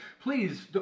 please